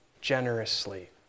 generously